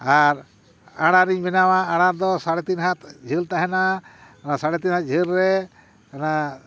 ᱟᱨ ᱟᱬᱟᱨᱤᱧ ᱵᱮᱱᱟᱣᱟ ᱟᱬᱟᱨ ᱫᱚ ᱥᱟᱲᱮ ᱛᱤᱱ ᱦᱟᱛ ᱡᱷᱟᱹᱞ ᱛᱟᱦᱮᱱᱟ ᱚᱱᱟ ᱥᱟᱲᱮ ᱛᱤᱱ ᱦᱟᱛ ᱡᱷᱟᱹᱞ ᱨᱮ ᱚᱱᱟ